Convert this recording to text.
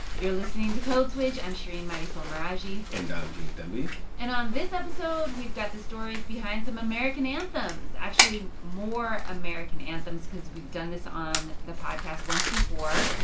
you're listening to code switch. i'm shereen marisol meraji and i'm gene demby and on this episode, we've got the stories behind some american anthems actually, more american anthems because we've done this on the podcast once before.